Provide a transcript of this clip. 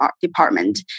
department